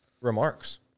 remarks